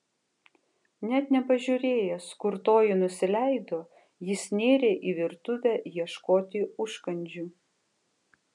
net nepažiūrėjęs kur toji nusileido jis nėrė į virtuvę ieškoti užkandžių